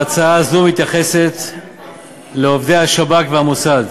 ההצעה הזאת מתייחסת לעובדי השב"כ והמוסד,